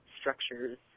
structures